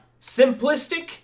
Simplistic